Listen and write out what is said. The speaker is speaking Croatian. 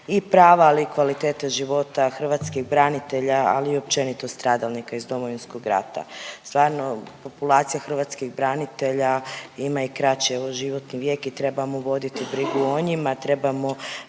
i prava, ali i kvalitete života hrvatskih branitelja, ali i općenito stradalnika iz Domovinskog rata. Stvarno populacija hrvatskih branitelja ima i kraći, evo, životni vijek i trebamo voditi brigu o njima, trebamo